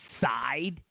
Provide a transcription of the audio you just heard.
side